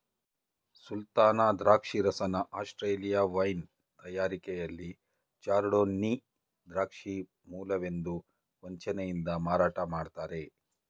ಸುಲ್ತಾನ ದ್ರಾಕ್ಷರಸನ Australia wine ತಯಾರಿಕೆಲಿ chardonnay ದ್ರಾಕ್ಷಿಗಳ ಮೂಲವೆಂದು ವಂಚನೆಯಿಂದ ಮಾರಾಟ ಮಾಡ್ತರೆ